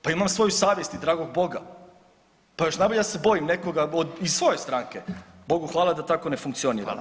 Pa imam svoju savjest i dragog boga, pa još najbolje da se bojim nekoga iz svoje stranke, bogu hvala da tako ne funkcioniram.